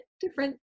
different